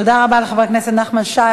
תודה רבה לחבר הכנסת נחמן שי.